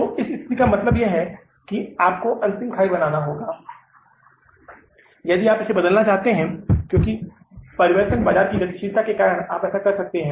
तो इस स्थिति का मतलब है कि आपको अंतिम खाई बनाना होगा यदि आप इसे बदलना चाहते हैं क्योंकि परिवर्तन बाजार की गतिशीलता के कारण आप ऐसा कर सकते हैं